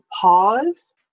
pause